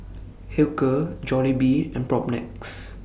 Hilker Jollibee and Propnex